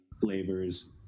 flavors